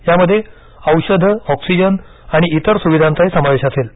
यामध्ये औषधे ऑक्सिजन आणि इतर सुविधांचा समावेश असेल